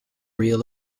reel